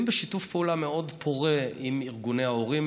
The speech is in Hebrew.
בשיתוף פעולה מאוד פורה עם ארגוני ההורים.